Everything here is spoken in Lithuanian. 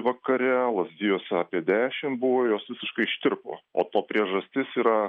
vakare lazdijuose apie dešim buvo jos visiškai ištirpo o to priežastis yra